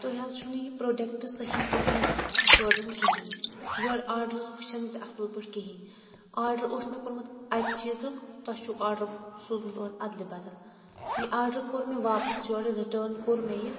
تُہۍ حظ چھُو نہٕ یہِ پروڈکٹ صحیٖح پأٹھۍ سوزان کہیٖنۍ یورٕ آڈر وٕچھان تہِ اَصل پأٹھۍ کہیٖنۍ آڈر اوس مےٚ کوٚرمُت اَکہِ چیٖزُک تۄہہِ چھُو آڈر سوٗزمُت ادلہِ بدل یہِ آڈر کوٚر مےٚ واپس یورٕ رِٹأرٕن کوٚر مےٚ یہِ